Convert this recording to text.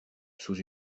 sous